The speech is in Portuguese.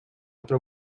para